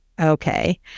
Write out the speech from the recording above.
okay